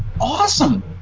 awesome